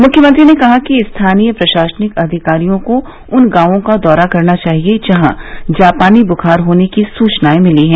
मुख्यमंत्री ने कहा कि स्थानीय प्रशासनिक अधिकारियों को उन गांवों का दौरा करना चाहिए जहां जापानी बुखार होने की सूचनायें मिली हैं